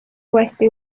uuesti